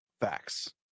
Facts